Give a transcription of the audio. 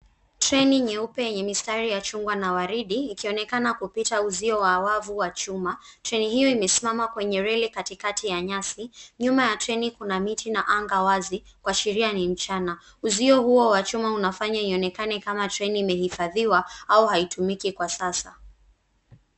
Treni nyeupe yenye mistari ya chungwa na waridi ikionekana kupita uzio wa wavu wa chuma. Treni hiyo imesimama kwenye reli katikati ya nyasi. Nyuma ya treni kuna miti na anga wazi. Kwa sheria ni mchana. Uzio huo wa chuma unafanya ionekane kama treni imehifadhiwa au haitumiki kwa sasa.